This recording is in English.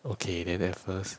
okay then at first